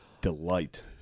delight